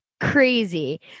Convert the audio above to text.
crazy